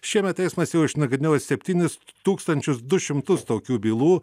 šiemet teismas jau išnagrinėjo septynis tūkstančius du šimtus tokių bylų